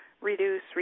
reduce